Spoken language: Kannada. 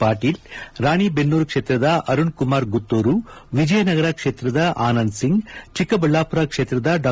ಪಾಟೀಲ್ ರಾಣೇಬೆನ್ನೂರು ಕ್ಷೇತ್ರದ ಅರುಣ್ ಕುಮಾರ್ ಗುತ್ತೂರು ವಿಜಯನಗರ ಕ್ಷೇತ್ರದ ಆನಂದ್ ಸಿಂಗ್ ಚಿಕ್ಕಬಳ್ಯಾಪುರ ಕ್ಷೇತ್ರದ ಡಾ